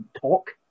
talk